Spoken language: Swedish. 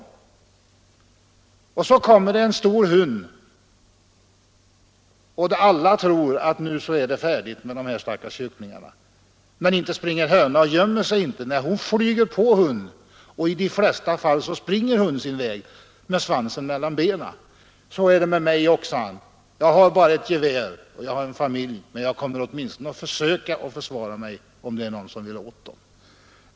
När det sedan kommer en stor hund och alla tror att det är färdigt med de stackars kycklingarna springer inte hönan och gömmer sig. Nej, hon flyger på hunden, och i de flesta fall springer hunden sin väg med svansen mellan benen. Så är det med mig också. Jag har bara ett gevär, och jag har familj, men jag kommer åtminstone att försöka försvara mig om det är någon som vill åt dem!